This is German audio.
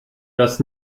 das